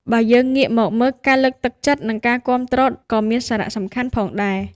បើយើងងាកមកមើលការលើកទឹកចិត្ត និងការគាំទ្រក៏មានសារះសំខាន់ផងដែរ។